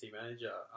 manager